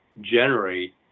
generate